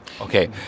Okay